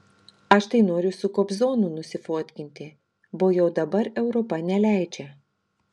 aš tai noriu su kobzonu nusifotkinti bo jau dabar europa neleidžia